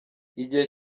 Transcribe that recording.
igihe